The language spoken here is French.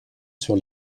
sur